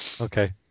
Okay